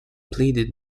pleaded